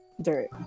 dirt